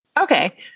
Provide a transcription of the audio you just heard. Okay